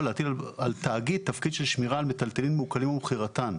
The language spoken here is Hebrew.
להטיל על תאגיד תפקיד של שמירה על מיטלטלין מעוקלים ומכירתם".